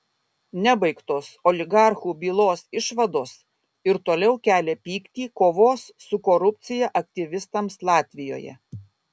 nebaigtos oligarchų bylos išvados ir toliau kelia pyktį kovos su korupcija aktyvistams latvijoje